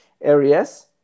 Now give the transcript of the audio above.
areas